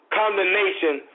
condemnation